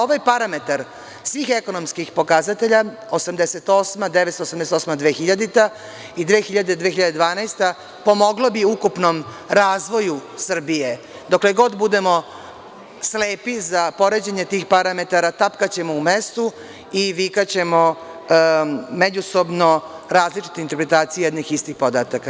Ovaj parametar svih ekonomskih pokazatelja, 1988. godina do 2000. godinei 2000. godina do 2012. godina, pomogla bi ukupnom razvoju Srbije dokle god budemo slepi za poređenje tih parametara, tapkaćemo u mestu i vikaćemo međusobno različite interpretacije jednih istih podataka.